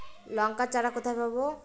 লঙ্কার চারা কোথায় পাবো?